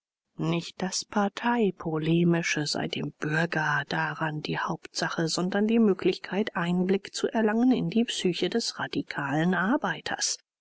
nicht das parteipolemische sei dem bürger daran die hauptsache sondern die möglichkeit einblick zu erlangen in die psyche des radikalen arbeiters